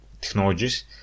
technologies